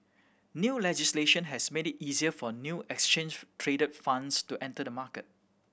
new legislation has made it easier for new exchange traded funds to enter the market